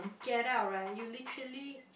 get out right you literally